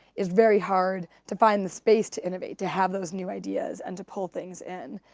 it's very hard to find the space to innovate, to have those new ideas and to pull things in.